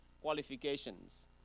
qualifications